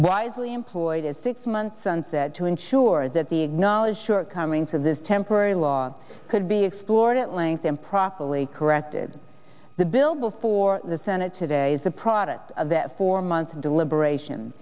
wisely employed a six month sunset to ensure that the acknowledged shortcomings of this temporary law could be explored at length improperly corrected the bill before the senate today is a product of that four months of deliberation